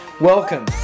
Welcome